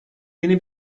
yeni